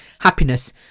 happiness